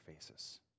faces